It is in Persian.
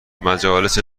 مجالس